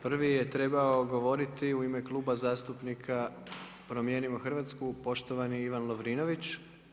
Prvi je trebao govoriti u ime Kluba zastupnika Promijenimo Hrvatsku, poštovani Ivan Lovrinović.